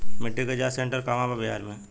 मिटी के जाच सेन्टर कहवा बा बिहार में?